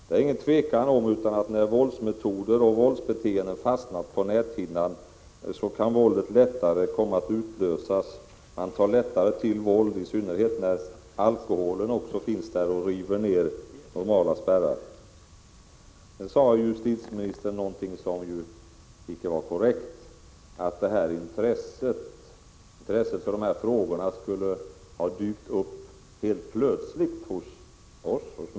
Det är inget tvivel om att när våldsmetoder och våldsbeteenden en gång fastnat på näthinnan kan våldet komma att utlösas, så att man lättare tar till våld, i synnerhet när alkoholen också finns med i bilden och river ned normala spärrar. Sedan sade justitieministern någonting som icke var korrekt, nämligen att intresset för de här frågorna skulle ha dykt upp helt plötsligt hos mig.